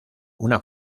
una